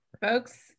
folks